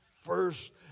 first